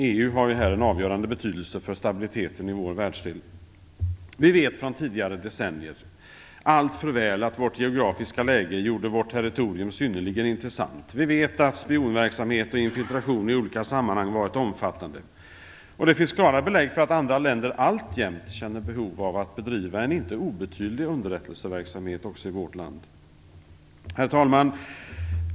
EU har ju här en avgörande betydelse för stabiliteten i vår världsdel. Vi vet från tidigare decennier alltför väl att vårt geografiska läge gjorde vårt territorium synnerligen intressant. Vi vet att spionverksamhet och infiltration i olika sammanhang har varit omfattande. Det finns klara belägg för att andra länder alltjämt känner behov av att bedriva en inte obetydlig underrättelseverksamhet också i vårt land. Herr talman!